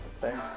Thanks